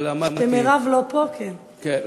כשמרב לא פה, כן.